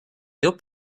dill